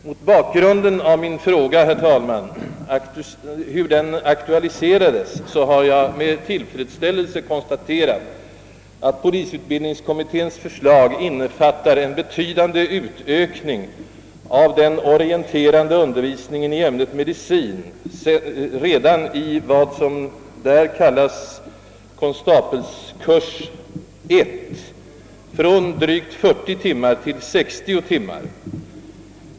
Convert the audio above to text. Mot bakgrunden av vad som har aktualiserat min fråga har jag, herr talman, med tillfredsställelse konstaterat att polisutbildningskommitténs förslag innefattar en betydande utökning av den orienterande undervisningen i ämnet medicin i det avsnitt som kallas Konstapelskurs I, nämligen från drygt 40 timmar till 60 timmar.